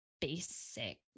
basic